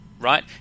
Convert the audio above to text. right